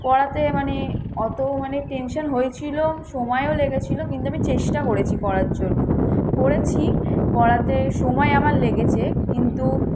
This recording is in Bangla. করাতে মানে অত মানে টেনশন হয়েছিলো সময়ও লেগেছিলো কিন্তু আমি চেষ্টা করেছি করার জন্য করেছি করাতে সময় আমার লেগেছে কিন্তু